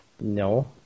No